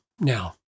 now